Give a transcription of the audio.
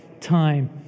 time